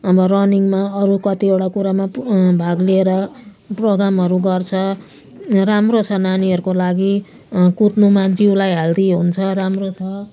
अब रनिङमा अरू कतिवटा कुरोमा भाग लिएर प्रोग्रामहरू गर्छ राम्रो छ नानीहरूको लागि कुद्नुमा जिउलाई हेल्दी हुन्छ राम्रो छ